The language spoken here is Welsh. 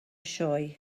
sioe